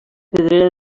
pedrera